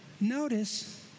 Notice